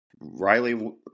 Riley